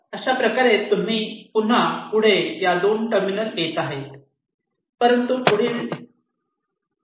तर अशाप्रकारे तुम्ही पुन्हा पुढे या टर्मिनल 2 येत आहे परंतु पुढील टर्मिनल 2 आहे